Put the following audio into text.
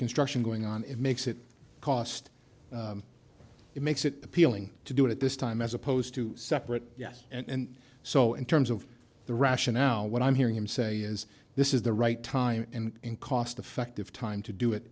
construction going on it makes it cost it makes it appealing to do it at this time as opposed to separate yes and so in terms of the rationale what i'm hearing him say is this is the right time and cost effective time to do it